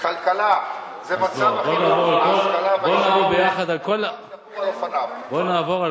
כלכלה זה מצב החינוך וההשכלה, דבר דבור על אופניו.